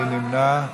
מי נמנע?